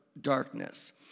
darkness